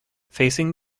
facing